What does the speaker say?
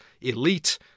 elite